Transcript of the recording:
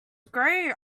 grow